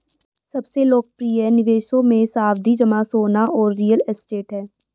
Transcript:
सबसे लोकप्रिय निवेशों मे, सावधि जमा, सोना और रियल एस्टेट है